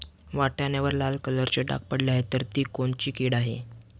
वाटाण्यावर लाल कलरचे डाग पडले आहे तर ती कोणती कीड आहे?